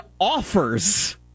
offers